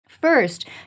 First